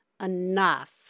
enough